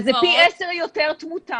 זה פי עשרה יותר תמותה.